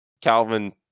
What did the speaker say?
Calvin